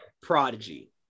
prodigy